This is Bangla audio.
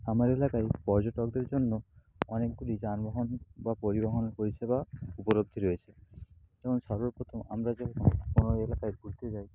আমার এলাকায় পর্যটকদের জন্য অনেকগুলি যানবাহন বা পরিবহন পরিষেবা উপলব্ধি রয়েছে তো আমি সর্বপ্রথম আমরা যখন কোনও এলাকায় ঘুরতে যাই